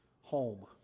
home